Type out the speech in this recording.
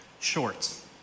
shorts